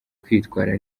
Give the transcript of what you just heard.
kwitwara